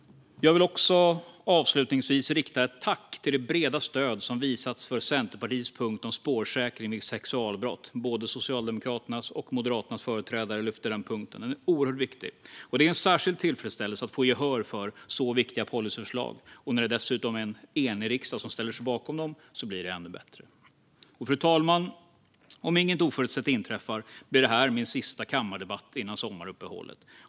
Avslutningsvis vill jag tacka för det breda stöd som visats för Centerpartiets punkt om spårsäkring vid sexualbrott. Både Socialdemokraternas och Moderaternas företrädare lyfte upp denna punkt, som är oerhört viktig. Det ger en särskild tillfredställelse att få gehör för så viktiga policyförslag. När det dessutom är en enig riksdag som ställer sig bakom dem blir det ännu bättre. Fru talman! Om inget oförutsett inträffar blir detta min sista kammardebatt före sommaruppehållet.